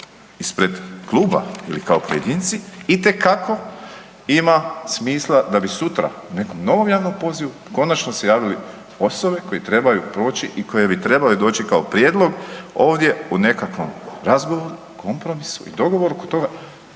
ispred kluba ili kao pojedinci itekako ima smisla da bi sutra nekom novom javnom pozivu končano se javili osobe koje trebaju proći i koje bi trebale doći kao prijedlog ovdje u nekakvom razgovoru, kompromisu i dogovoru oko toga